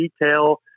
detail